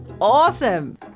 awesome